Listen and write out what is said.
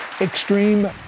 Extreme